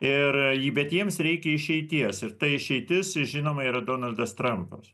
ir ji bet jiems reikia išeities ir ta išeitis žinoma yra donaldas trampas